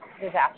disaster